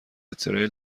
تریل